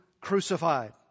crucified